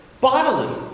bodily